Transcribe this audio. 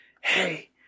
hey